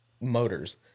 motors